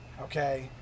okay